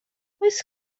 oes